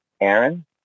Aaron